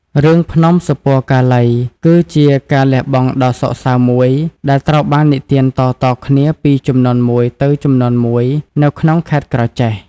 រឿងភ្នំសុពណ៌កាឡី គឺជាការលះបង់ដ៏សោកសៅមួយ ដែលត្រូវបាននិទានតៗគ្នាពីជំនាន់មួយទៅជំនាន់មួយនៅក្នុងខេត្តក្រចេះ។